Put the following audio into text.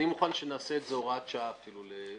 אני מוכן שנעשה את הביטול כהוראת שעה, אפילו.